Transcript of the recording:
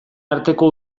arteko